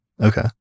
Okay